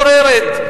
והיא גוררת,